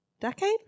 decade